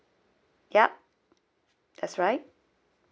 yup that's right